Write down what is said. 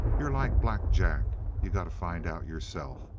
you're like black jack. you got to find out yourself.